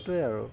সেইটোৱে আৰু